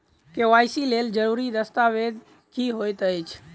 KYC लेल जरूरी दस्तावेज की होइत अछि?